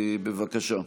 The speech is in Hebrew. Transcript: בבקשה.